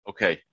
Okay